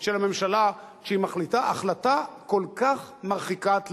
של הממשלה כשהיא מחליטה החלטה כל כך מרחיקת לכת,